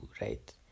right